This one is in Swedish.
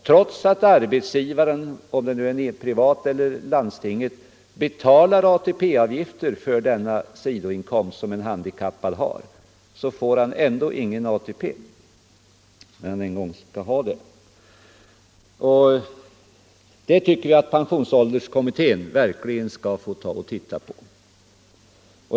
Trots att arbetsgivaren — den privata eller landstinget — betalar ATP-avgifter för den sidoinkomst som den handikappade har, får denne ändå ingen ATP, när han en gång skall ha det. Detta bör pensionsålderskommittén verkligen se över.